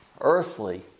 Earthly